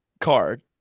card